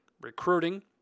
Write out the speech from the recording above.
recruiting